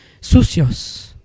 sucios